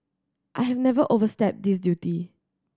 I have never overstepped this duty